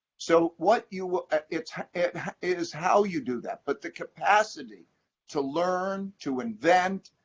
so what you it it is how you do that, but the capacity to learn, to invent,